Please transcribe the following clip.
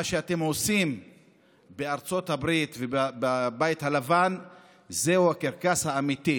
מה שאתם עושים בארצות הברית ובבית הלבן זה הקרקס האמיתי,